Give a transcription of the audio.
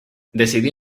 decidió